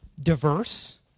diverse